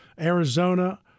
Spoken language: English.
Arizona